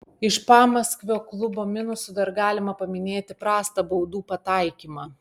iš pamaskvio klubo minusų dar galima paminėti prastą baudų pataikymą